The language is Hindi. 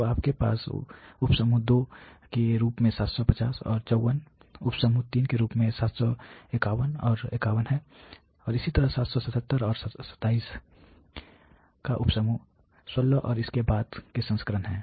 तो आपके पास उप समूह 2 के रूप में 750 और 54 उप समूह 3 के रूप में 751 और 51 हैं और इसी तरह 777 और 27 का उप समूह 16 और इसके बाद के संस्करण हैं